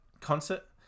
concert